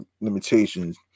limitations